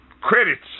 Credits